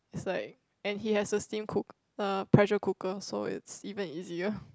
is like and he has a steam cook uh pressure cooker so it is even easier